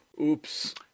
Oops